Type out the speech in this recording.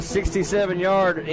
67-yard